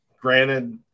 granted